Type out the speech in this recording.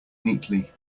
neatly